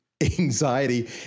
anxiety